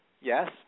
Yes